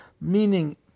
meaning